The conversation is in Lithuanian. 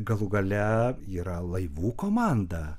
galų gale yra laivų komanda